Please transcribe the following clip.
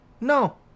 No